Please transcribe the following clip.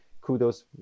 Kudos